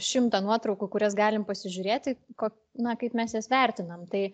šimtą nuotraukų kurias galim pasižiūrėti ko na kaip mes jas vertinam tai